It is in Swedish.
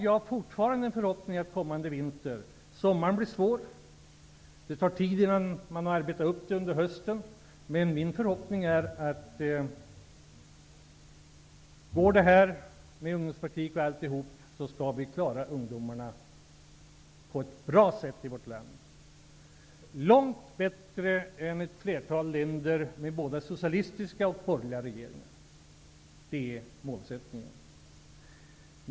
Sommaren blir svår, för det tar tid innan man har arbetat upp det, men detta som jag räknat upp gör att jag fortfarande har en förhoppning att vi till hösten skall klara ungdomarna på ett bra sätt i vårt land, långt bättre än ett flertal länder, både med socialistiska och borgerliga regeringar. Det är målsättningen.